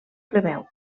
plebeu